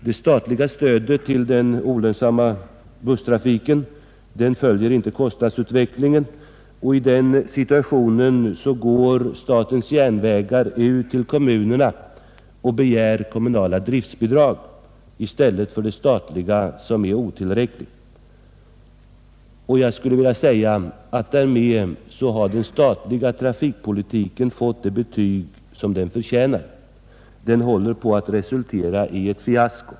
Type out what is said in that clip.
Det statliga stödet till den olönsamma busstrafiken följer inte kostnadsutvecklingen, och i den situationen går statens järnvägar ut till kommunerna och begär kommunala driftbidrag i stället för de statliga, som är otillräckliga. Därmed har den statliga trafikpolitiken fått det betyg som den förtjänar. Den håller på att resultera i ett fiasko.